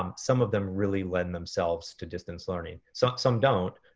um some of them really lend themselves to distance learning. so some don't,